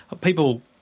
People